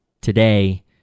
Today